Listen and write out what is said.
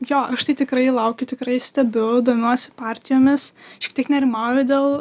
jo aš tai tikrai laukiu tikrai stebiu domiuosi partijomis šiek tiek nerimauju dėl